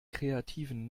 kreativen